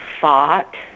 fought